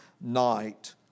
night